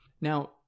Now